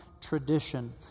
tradition